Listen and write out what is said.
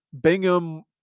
Bingham